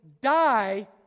die